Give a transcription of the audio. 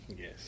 Yes